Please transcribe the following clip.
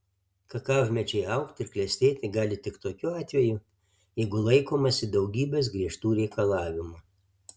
kakavmedžiai augti ir klestėti gali tik tokiu atveju jeigu laikomasi daugybės griežtų reikalavimų